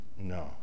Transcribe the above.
No